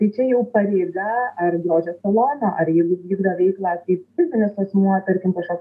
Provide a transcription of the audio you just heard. tai čia jau pareiga ar grožio salono ar jeigu vykdo veiklą kaip fizinis asmuo tarkim kažkoks